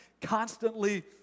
constantly